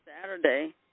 Saturday